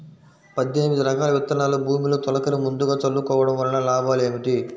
పద్దెనిమిది రకాల విత్తనాలు భూమిలో తొలకరి ముందుగా చల్లుకోవటం వలన లాభాలు ఏమిటి?